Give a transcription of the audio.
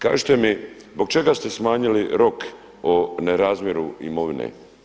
Kažite mi zbog čega ste smanjili rok o nerazmjeru imovine?